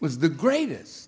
was the greatest